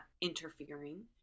interfering